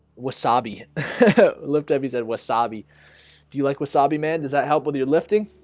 wasabi lifts every said wasabi do you like wasabi man does that help whether you're lifting?